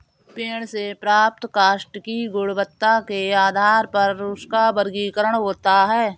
पेड़ से प्राप्त काष्ठ की गुणवत्ता के आधार पर उसका वर्गीकरण होता है